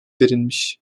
verilmiş